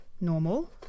normal